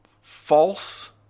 false